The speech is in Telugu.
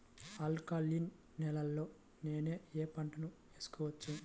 ఆల్కలీన్ నేలలో నేనూ ఏ పంటను వేసుకోవచ్చు?